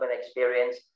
experience